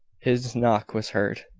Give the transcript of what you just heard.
his knock was heard.